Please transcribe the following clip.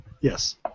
Yes